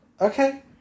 Okay